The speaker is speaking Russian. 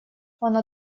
оно